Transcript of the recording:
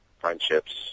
friendships